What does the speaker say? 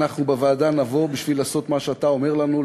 בוועדה נבוא בשביל לעשות מה שאתה אומר לנו,